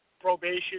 Probation